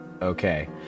Okay